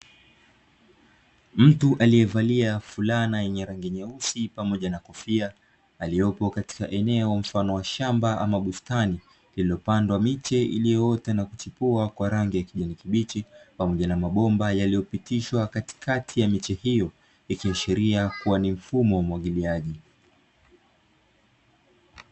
Mtu aliyevalia fulana yenye rangi nyeusi pamoja na kofia, aliyopo katika eneo mfano wa shamba ama bustani iliyopandwa miche iliyoota na kuchipua kwa rangi ya kijani kibichi, pamoja na mabomba yaliyopitishwa katikati ya miche hiyo, ikiashiria kuwa ni mfumo wa umwagiliaji.